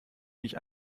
mich